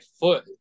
foot